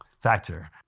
factor